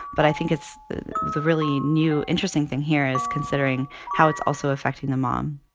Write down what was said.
but i think it's the really new, interesting thing here is considering how it's also affecting the mom